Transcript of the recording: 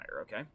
okay